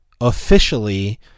officially